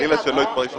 חלילה שלא יתפרש אחרת.